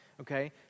Okay